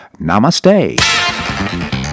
Namaste